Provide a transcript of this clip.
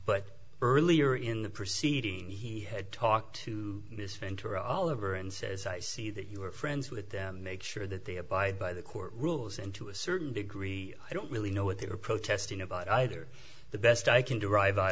but earlier in the proceeding he had talked to miss mentor all over and says i see that you are friends with them make sure that they abide by the court rules and to a certain degree i don't really know what they were protesting about either the best i can derive out